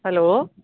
hello